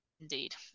indeed